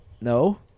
no